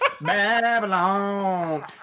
Babylon